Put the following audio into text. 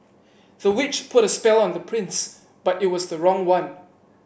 the witch put a spell on the prince but it was the wrong one